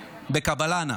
בקבלנה.